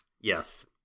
Yes